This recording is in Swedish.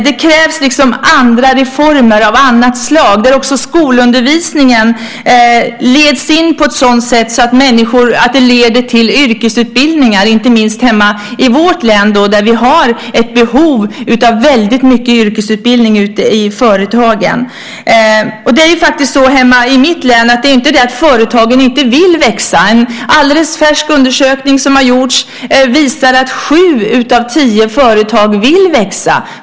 Det krävs andra reformer av annat slag, där också skolundervisningen sker på ett sådant sätt att den leder till yrkesutbildningar - inte minst i vårt län där vi har behov av yrkesutbildning i företagen. Det är inte fråga om att företagen inte vill växa i mitt län. En alldeles färsk undersökning som har gjorts visar att sju av tio företag vill växa.